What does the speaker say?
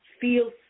feels